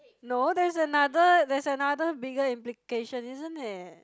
no there's another there's another bigger implication isn't it